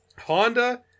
Honda